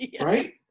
Right